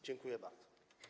Dziękuję bardzo.